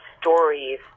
stories